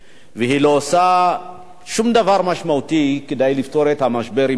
והיא לא עושה שום דבר משמעותי כדי לפתור את המשבר עם טורקיה.